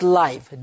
life